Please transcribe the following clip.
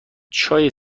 چای